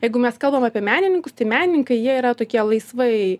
jeigu mes kalbam apie menininkus tai menininkai jie yra tokie laisvai